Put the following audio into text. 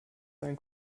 sein